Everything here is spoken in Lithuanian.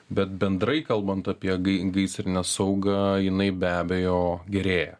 bet bendrai kalbant apie gai gaisrinę saugą jinai be abejo gerėja